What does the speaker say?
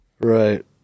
Right